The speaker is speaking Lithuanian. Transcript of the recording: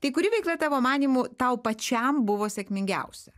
tai kuri veikla tavo manymu tau pačiam buvo sėkmingiausia